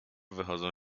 wychodzą